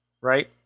right